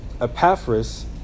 Epaphras